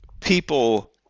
People